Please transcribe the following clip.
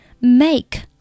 Make